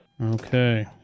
Okay